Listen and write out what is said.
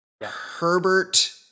Herbert